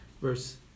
verse